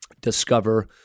discover